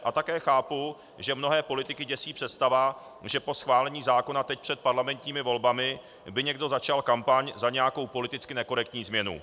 A také chápu, že mnohé politiky děsí představa, že po schválení zákona teď před parlamentními volbami by někdo začal kampaň za nějakou politicky nekorektní změnu.